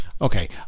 Okay